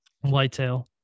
whitetail